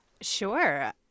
Sure